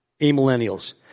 amillennials